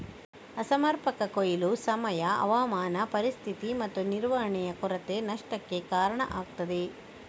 ಅಸಮರ್ಪಕ ಕೊಯ್ಲು, ಸಮಯ, ಹವಾಮಾನ ಪರಿಸ್ಥಿತಿ ಮತ್ತು ನಿರ್ವಹಣೆಯ ಕೊರತೆ ನಷ್ಟಕ್ಕೆ ಕಾರಣ ಆಗ್ತದೆ